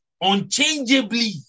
unchangeably